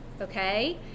okay